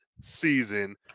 season